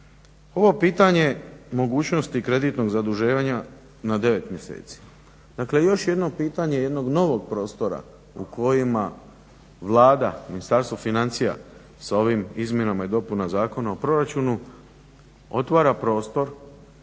Ovo pitanje mogućnosti kreditnog zaduživanja na 9 mjeseci, dakle još jedno pitanje jednog novog prostora u kojima Vlada, Ministarstvo financija sa ovim izmjenama i dopunama Zakona o proračunu otvara prostor